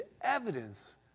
evidence